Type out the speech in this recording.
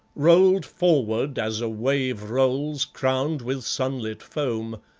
rolled forward as a wave rolls crowned with sunlit foam,